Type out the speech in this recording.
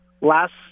last